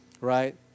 Right